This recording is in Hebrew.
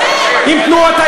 אתה,